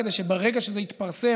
כדי שברגע שזה יתפרסם,